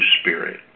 spirit